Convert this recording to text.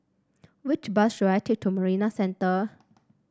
which bus should I take to Marina Centre